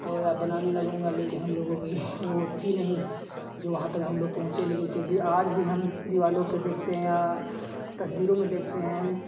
और यह बनाने लगूँगा लेकिन हमलोगों कि वह थी नहीं जो वहाँ तक हमलोग पहुँचें लेकिन फिर भी आज भी हम दीवारों पर देखते हैं या तस्वीरों में देखते हैं